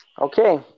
Okay